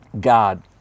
God